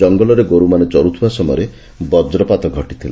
କଙଙଙରେ ଗୋରୁମାନେ ଚରୁଥିବା ସମୟରେ ବକ୍ରପାତ ଘଟିଥିଲା